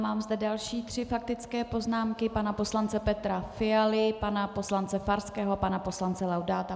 Mám zde další tři faktické poznámky pana poslance Petra Fialy, pana poslance Farského a pana poslance Laudáta.